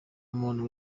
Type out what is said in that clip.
umuntu